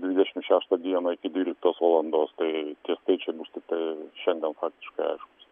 dvidešimt šeštą dieną iki dvyliktos valandos tai tie skaičiai bus tiktai šiandien faktiškai aiškūs